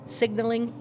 signaling